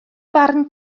farn